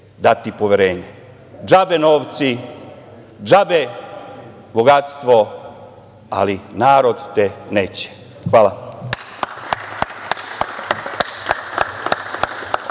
dati poverenje. Džabe novci, džabe bogatstvo, ali narod te neće. Hvala.